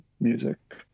music